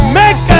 make